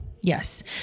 Yes